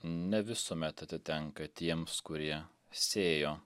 ne visuomet atitenka tiems kurie sėjo